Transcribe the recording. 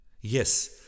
Yes